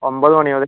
ഒമ്പത് മണി മുതൽ